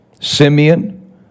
Simeon